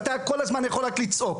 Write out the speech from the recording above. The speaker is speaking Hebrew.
אתה כל הזמן יכול רק לצעוק.